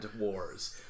wars